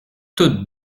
toutes